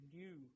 new